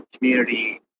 community